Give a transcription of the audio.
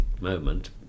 moment